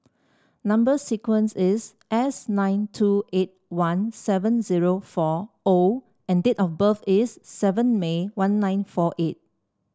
number sequence is S nine two eight one seven zero fourO and date of birth is seven May one nine four eight